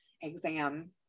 exam